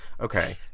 Okay